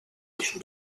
can